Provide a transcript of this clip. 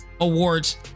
awards